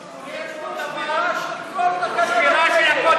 את כל הנורמות.